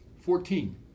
Fourteen